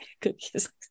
Cookies